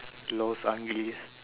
los angeles